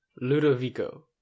Ludovico